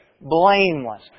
blameless